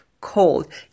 cold